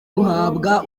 buhabwa